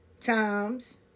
Times